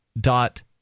dot